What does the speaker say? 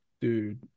Dude